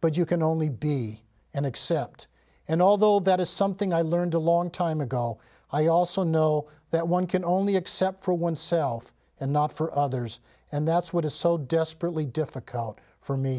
but you can only be and accept and although that is something i learned a long time ago i also know that one can only accept for oneself and not for others and that's what is so desperately difficult for me